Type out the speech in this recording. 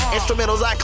Instrumentals